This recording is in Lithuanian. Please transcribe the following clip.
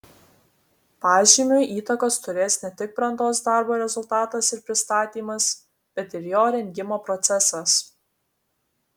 pažymiui įtakos turės ne tik brandos darbo rezultatas ir pristatymas bet ir jo rengimo procesas